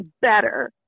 better